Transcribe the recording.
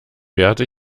werte